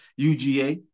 UGA